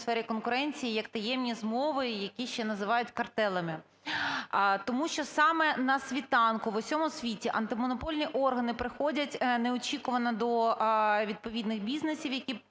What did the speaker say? сфері конкуренції, як таємні змови, які ще називають картелями. Тому що саме на світанку в усьому світі антимонопольні органи приходять неочікувано до відповідних бізнесів, які